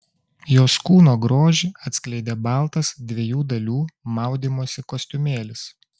jos kūno grožį atskleidė baltas dviejų dalių maudymosi kostiumėlis